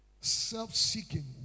self-seeking